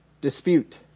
dispute